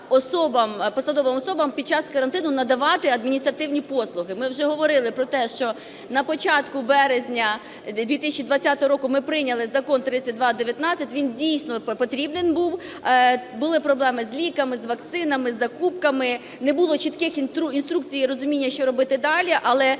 та посадовим особам під час карантину надавати адміністративні послуги. Ми вже говорили про те, що на початку березня 2020 року ми прийняли Закон 3219, він дійсно потрібен був. Були проблеми з ліками, з вакцинами, із закупками, не було чітких інструкцій і розуміння, що робити далі. Але